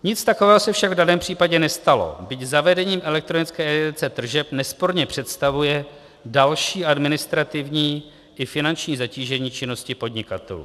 Nic takového se však v daném případě nestalo, byť zavedení elektronické evidence tržeb nesporně představuje další administrativní i finanční zatížení činnosti podnikatelů.